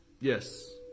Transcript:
yes